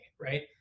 right